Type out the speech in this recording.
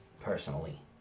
personally